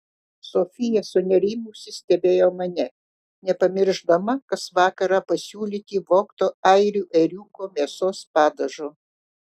sofija sunerimusi stebėjo mane nepamiršdama kas vakarą pasiūlyti vogto airių ėriuko mėsos padažo